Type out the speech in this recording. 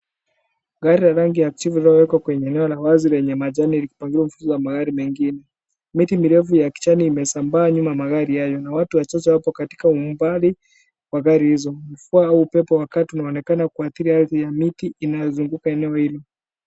Gari la rangi ya kijivu lililowekwa kwenye eneo la wazi lenye majani yalitomwagiliwa vitu za magari mengine. Miti mirefu ya kijani imesambaa nyuma ya magari hayo na watu wachache wako katika mbali wa gari hizo. Mvua au upepo wakati unaonekana kwa ajili ya miti inayozunguka eneo hii.